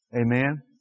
Amen